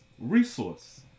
resource